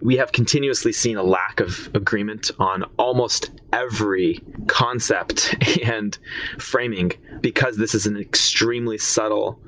we have continuously seen a lack of agreement on almost every concept and framing, because this is an extremely subtle